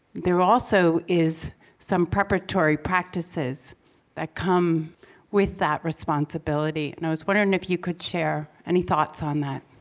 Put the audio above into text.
there also is some preparatory practices that come with that responsibility, and i was wondering if you could share any thoughts on that